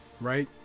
Right